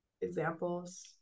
examples